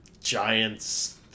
Giants